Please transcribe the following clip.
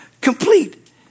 Complete